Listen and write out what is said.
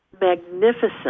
magnificent